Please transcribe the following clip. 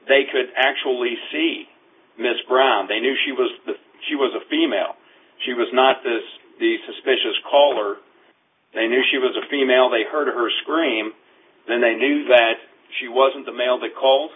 they could actually see ms brown they knew she was a she was a female she was not this the suspicious color they knew she was a female they heard her scream then they knew that she wasn't the male they c